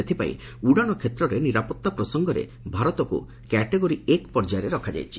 ସେଇଥିପାଇଁ ଉଡ଼ାଣ କ୍ଷେତ୍ରରେ ନିରାପତ୍ତା ପ୍ରସଙ୍ଗରେ ଭାରତକୁ କ୍ୟାଟାଗୋରି ଏକ ପର୍ଯ୍ୟାୟରେ ରଖାଯାଇଛି